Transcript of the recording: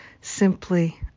simply